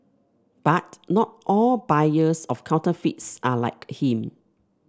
but not all buyers of counterfeits are like him